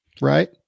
Right